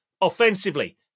offensively